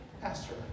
pastor